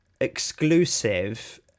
exclusive